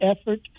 effort